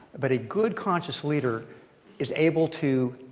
but a good conscious leader is able to